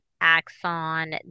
Axon